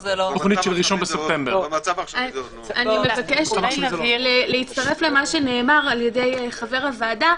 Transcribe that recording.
אני מבקשת להצטרף למה שנאמר על-ידי חבר הוועדה